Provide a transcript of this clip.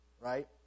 right